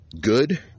good